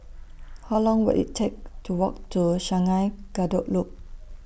How Long Will IT Take to Walk to Sungei Kadut Loop